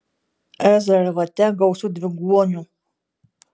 rezervate gausu dviguonių